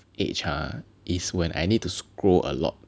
age ha is when I need to scroll a lot